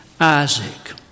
Isaac